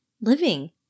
living